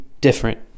different